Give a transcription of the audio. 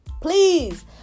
Please